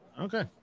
Okay